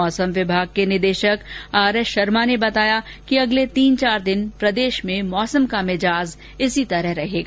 मौसम विभाग के निदेशक आरएस शर्मा ने बताया कि अगले तीन चार दिन प्रदेश में मौसम का मिज़ाज इसी तरह रहेगा